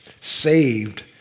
saved